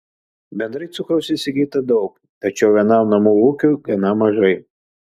bendrai cukraus įsigyta daug tačiau vienam namų ūkiui gana mažai